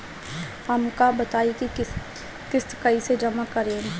हम का बताई की किस्त कईसे जमा करेम?